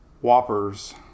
whoppers